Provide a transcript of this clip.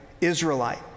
Israelite